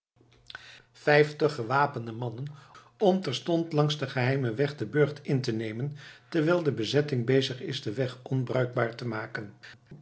vijftig gewapende mannen om terstond langs den geheimen weg den burcht in te nemen terwijl de bezetting bezig is den weg onbruikbaar te maken